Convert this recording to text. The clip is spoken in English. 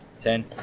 ten